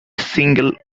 single